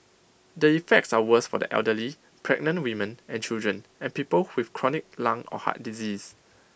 the effects are worse for the elderly pregnant women and children and people with chronic lung or heart disease